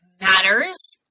matters